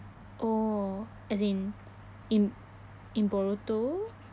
oh as in in in boruto